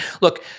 Look